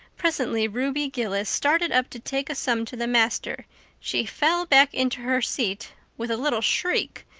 presently ruby gillis started up to take a sum to the master she fell back into her seat with a little shriek,